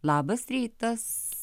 labas rytas